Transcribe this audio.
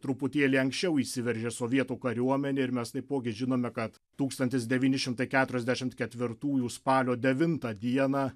truputėlį anksčiau įsiveržė sovietų kariuomenė ir mes taipogi žinome kad tūkstantis devyni šimtai keturiasdešimt ketvirtųjų spalio devintą dieną